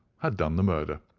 had done the murder,